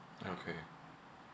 okay